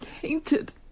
tainted